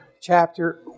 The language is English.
chapter